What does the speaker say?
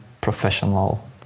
professional